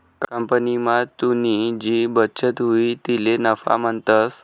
कंपनीमा तुनी जी बचत हुई तिले नफा म्हणतंस